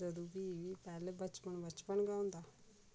जदूं फ्ही बी पैह्ले बचपन बचपन गै होंदा